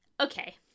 okay